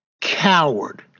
coward